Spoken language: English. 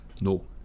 No